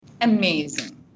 Amazing